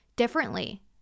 differently